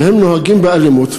והם נוהגים באלימות.